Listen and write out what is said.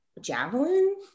javelin